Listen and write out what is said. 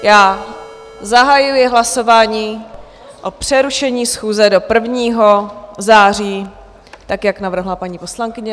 Já zahajuji hlasování o přerušení schůze do 1. září, tak jak navrhla paní poslankyně.